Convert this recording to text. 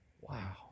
wow